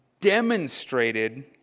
demonstrated